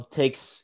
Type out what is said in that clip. takes